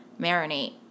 marinate